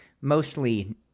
Mostly